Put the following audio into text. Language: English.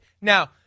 Now